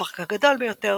הפארק הגדול ביותר,